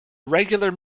regular